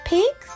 Pig